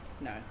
No